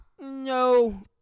No